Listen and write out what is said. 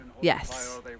Yes